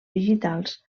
digitals